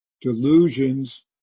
Delusions